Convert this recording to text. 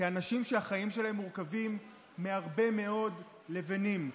כאנשים שהחיים שלהם מורכבים מהרבה מאוד לבֵנים,